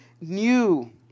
new